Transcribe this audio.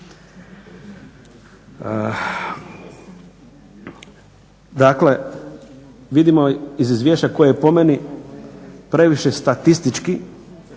Dakle, vidimo iz izvješća koje je po meni previše statistički